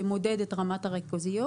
שמודד את רמת הריכוזיות.